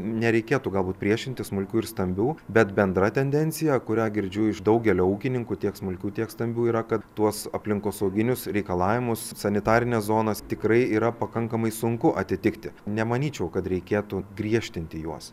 nereikėtų galbūt priešintis smulkių ir stambių bet bendra tendencija kurią girdžiu iš daugelio ūkininkų tiek smulkių tiek stambių yra kad tuos aplinkosauginius reikalavimus sanitarines zonas tikrai yra pakankamai sunku atitikti nemanyčiau kad reikėtų griežtinti juos